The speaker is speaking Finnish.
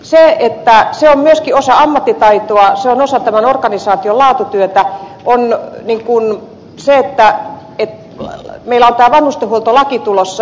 se on myöskin osa ammattitaitoa se on osa tämän organisaation laatutyötä että meillä on tämä vanhustenhuoltolaki tulossa